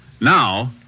Now